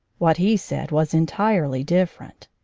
what he said was entirely different.